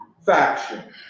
faction